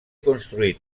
construït